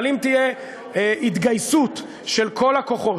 אבל אם תהיה התגייסות של כל הכוחות,